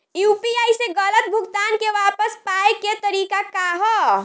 UPI से गलत भुगतान के वापस पाये के तरीका का ह?